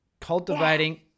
cultivating